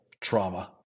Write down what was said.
trauma